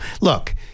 Look